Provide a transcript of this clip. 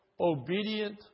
obedient